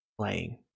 Playing